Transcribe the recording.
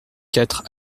quatre